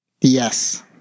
Yes